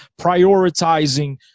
prioritizing –